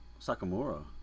Sakamura